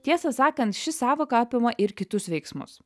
tiesą sakant ši sąvoka apima ir kitus veiksmus